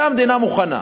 זה המדינה מוכנה.